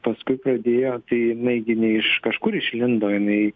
paskui pradėjo tai jinai gi ne iš kažkur išlindo jinai